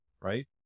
right